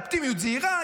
אופטימיות זהירה,